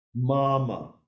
mama